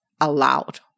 allowed